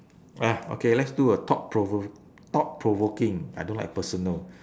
ah okay let's do a thought provo~ thought provoking I don't like personal